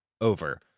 over